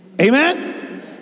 Amen